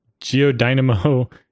geodynamo